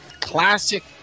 classic